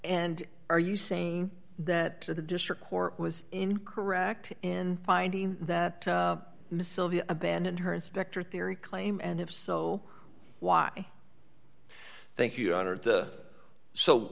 and are you saying that the district court was incorrect in finding that missile he abandoned her inspector theory claim and if so why thank you honor the so